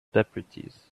deputies